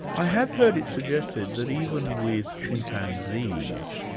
i have heard it suggested that even with chimpanzees,